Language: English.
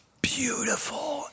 beautiful